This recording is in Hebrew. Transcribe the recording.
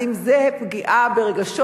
אז אם זה פגיעה ברגשות?